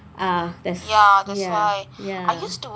ah that's ya ya